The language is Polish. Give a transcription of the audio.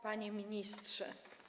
Panie Ministrze!